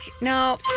No